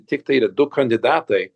tiktai yra du kandidatai